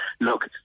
look